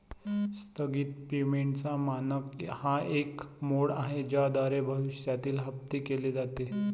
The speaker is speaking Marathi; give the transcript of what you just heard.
स्थगित पेमेंटचा मानक हा एक मोड आहे ज्याद्वारे भविष्यातील हप्ते केले जातील